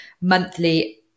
monthly